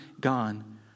gone